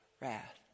wrath